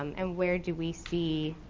um and where do we see